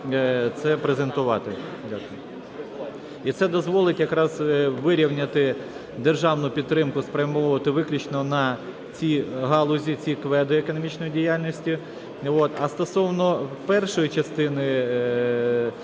це презентувати. І це дозволить якраз вирівняти, державну підтримку спрямовувати виключно на ці галузі, ці КВЕД економічної діяльності. А стосовно першої частини